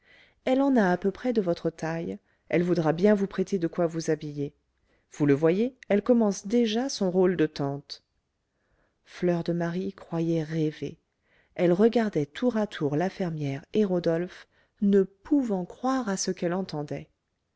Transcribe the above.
elle en a à peu près de votre taille elle voudra bien vous prêter de quoi vous habiller vous le voyez elle commence déjà son rôle de tante fleur de marie croyait rêver elle regardait tour à tour la fermière et rodolphe ne pouvant croire à ce qu'elle entendait